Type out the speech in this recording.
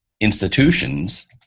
institutions